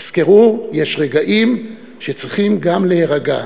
תזכרו, יש רגעים שצריך גם להירגע,